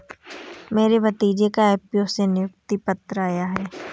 मेरे भतीजे का एफ.ए.ओ से नियुक्ति पत्र आया है